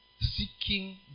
seeking